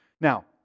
Now